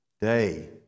day